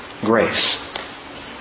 Grace